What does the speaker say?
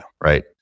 Right